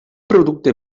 producte